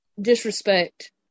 disrespect